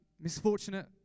misfortunate